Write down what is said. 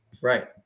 right